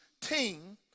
team